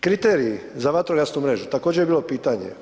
Kriteriji za vatrogasnu mrežu također je bilo pitanje.